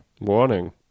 Warning